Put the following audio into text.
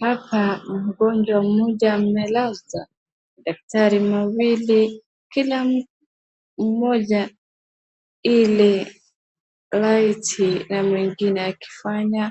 Hapa mgonjwa mmoja amelazwa, daktari mawili, kila mmoja ile laiti na mwingine akifanya.